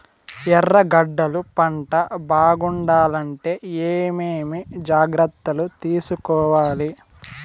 ఎర్రగడ్డలు పంట బాగుండాలంటే ఏమేమి జాగ్రత్తలు తీసుకొవాలి?